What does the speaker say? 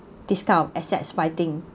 this kind of assets fighting